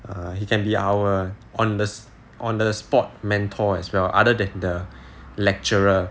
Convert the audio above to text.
he can be our on the on the spot mentor as well other than the lecturer